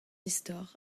istor